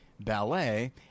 ballet